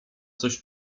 coś